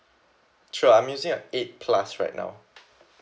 sure I'm using a eight plus right now